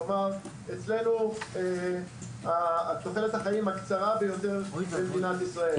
כלומר אצלנו תוחלת החיים הקצרה ביותר במדינת ישראל,